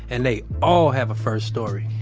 and they all have a first story.